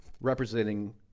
representing